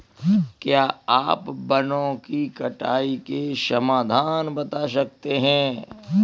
क्या आप वनों की कटाई के समाधान बता सकते हैं?